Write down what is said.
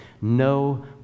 No